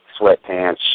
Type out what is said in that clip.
sweatpants